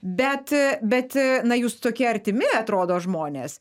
bet bet na jūs tokie artimi atrodo žmonės